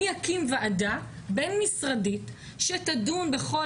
אני אקים ועדה בין משרדית שתדון בכל